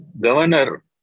Governor